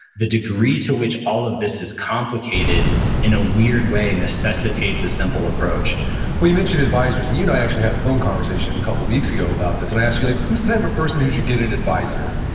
the degree to which all of this is complicated in a weird way necessitates a simple approach well, you mentioned advisors. and you and i actually had a phone conversation a couple of weeks ago about this, and i asked you like who's the type of person who should get an advisor?